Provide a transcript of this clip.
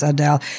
Adele